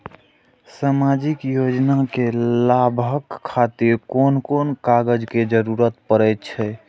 सामाजिक योजना के लाभक खातिर कोन कोन कागज के जरुरत परै छै?